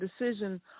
decision